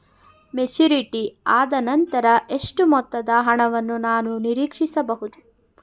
Maturity ಆದನಂತರ ಎಷ್ಟು ಮೊತ್ತದ ಹಣವನ್ನು ನಾನು ನೀರೀಕ್ಷಿಸ ಬಹುದು?